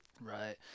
Right